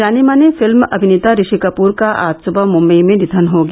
जाने माने फिल्म अभिनेता ऋषि कपूर का आज सुवह मुंबई में निधन हो गया